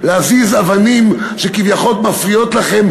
להזיז אבנים שכביכול מפריעות לכם,